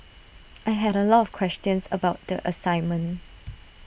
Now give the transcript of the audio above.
I had A lot of questions about the assignment